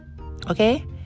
okay